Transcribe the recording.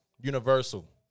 Universal